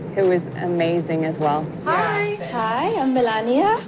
who was amazing as well hi hi, i'm melania